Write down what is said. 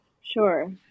Sure